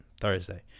thursday